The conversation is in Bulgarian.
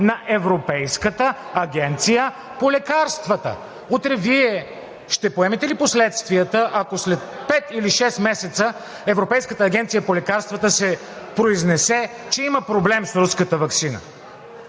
на Европейската агенция по лекарствата. Утре Вие ще поемете ли последствията, ако след пет или шест месеца Европейската агенция по лекарствата се произнесе, че има проблем с руската ваксина?